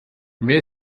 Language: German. wer